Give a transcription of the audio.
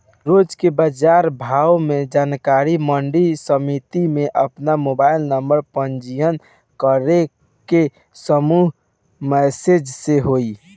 रोज के बाजार भाव के जानकारी मंडी समिति में आपन मोबाइल नंबर पंजीयन करके समूह मैसेज से होई?